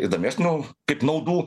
įdomesnių kaip naudų